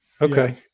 Okay